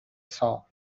saw